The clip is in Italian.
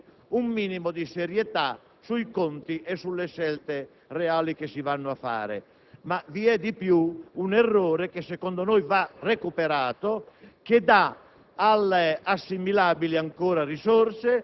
sarà un inverno freddo e che siamo alla carretta. C'è bisogno di un minimo di serietà sui conti e sulle scelte reali che si vanno a fare. Ma vi è di più: un errore che secondo noi va recuperato, che dà